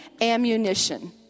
ammunition